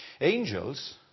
Angels